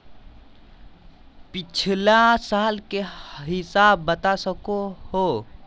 पिछला साल के हिसाब बता सको हो?